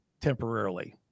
temporarily